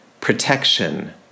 protection